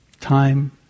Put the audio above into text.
Time